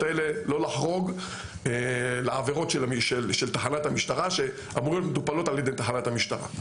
האלה לא לחרוג לעבירות של תחנת המשטרה שמטופלות על ידי תחנת המשטרה.